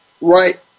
right